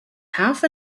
half